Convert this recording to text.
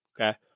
Okay